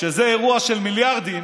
שזה אירוע של מיליארדים,